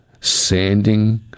sanding